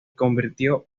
convirtió